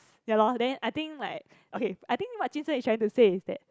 ya lor then I think like okay I think what jun sheng is trying to say is that